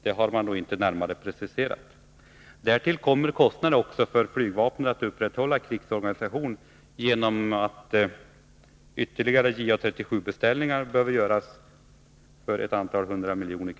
Det har man inte närmare preciserat. Därtill kommer kostnader också för flygvapnet när det gäller att upprätthålla krigsorganisationen genom att ytterligare JA 37-beställningar behöver göras för något hundratal miljoner.